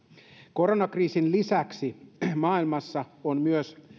koronakriisin lisäksi maailmassa on myös